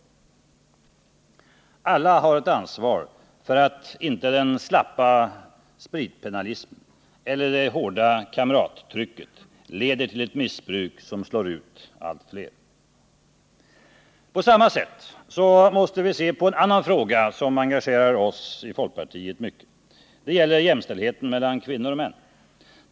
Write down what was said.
Alla har ett ansvar för att inte den slappa spritpennalismen eller det hårda kamrattrycket leder till ett missbruk som slår ut allt fler. På samma sätt måste vi se på en annan fråga som engagerar oss i folkpartiet mycket. Det gäller jämställdheten mellan kvinnor och män.